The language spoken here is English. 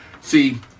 See